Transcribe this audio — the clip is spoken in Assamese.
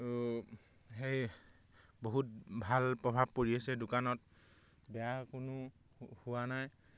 আৰু সেই বহুত ভাল প্ৰভাৱ পৰি আছে দোকানত বেয়া কোনো হোৱা নাই